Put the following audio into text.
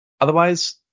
Otherwise